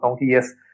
yes